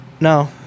No